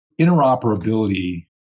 interoperability